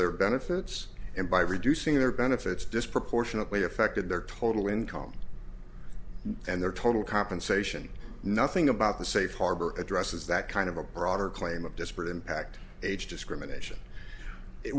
their benefits and by reducing their benefits disproportionately affected their total income and their total compensation nothing about the safe harbor addresses that kind of a broader claim of disparate impact age discrimination it